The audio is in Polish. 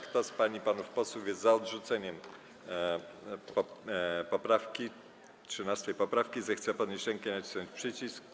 Kto z pań i panów posłów jest za odrzuceniem 13. poprawki, zechce podnieść rękę i nacisnąć przycisk.